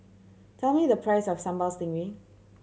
tell me the price of Sambal Stingray